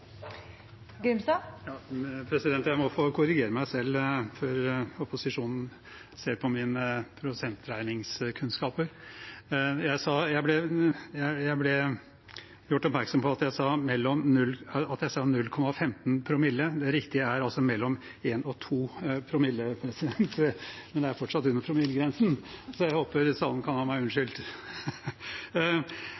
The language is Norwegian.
Jeg må få korrigere meg selv før opposisjonen ser på mine prosentregningskunnskaper. Jeg ble gjort oppmerksom på at jeg sa 0,15 promille. Det riktige er altså mellom 1 promille og 2 promille. Men det er fortsatt under promillegrensen, så jeg håper salen kan ha meg